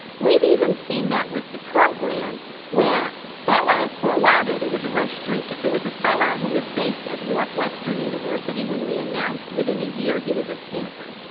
we've even seen that with the program where fellows, for awhile there, there was a real streak. if there was a fellow who was based at north western university when we announced, within a year he was at stanford.